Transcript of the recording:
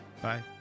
Bye